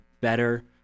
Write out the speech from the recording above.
better